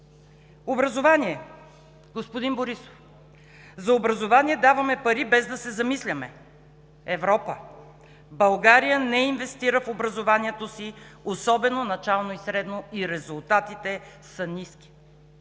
Образование. Господин Борисов: „За образование даваме пари, без да се замисляме.“ Европа: „България не инвестира в образованието си, особено начално и средно, и резултатите са ниски.“